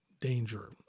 danger